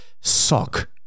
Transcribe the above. sock